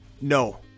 No